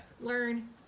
learn